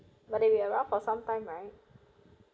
but they were around for some time right